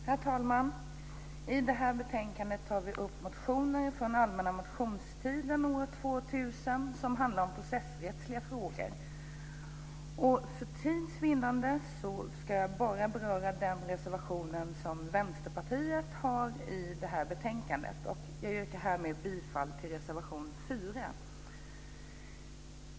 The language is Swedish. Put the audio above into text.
Herr talman! I det här betänkandet behandlas motioner från allmänna motionstiden år 2000 som handlar om processrättsliga frågor. För tids vinnande ska jag bara beröra den reservation som Vänsterpartiet har fogat till betänkandet. Jag yrkar härmed bifall till reservation 4.